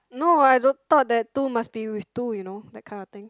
no I don't thought that two must be with two you know that kind of thing